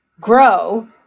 grow